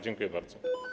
Dziękuję bardzo.